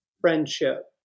friendship